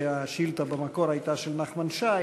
השאילתה במקור הייתה של חבר הכנסת נחמן שי.